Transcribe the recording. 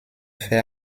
fait